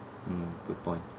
mm good point